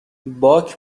باک